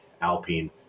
Alpine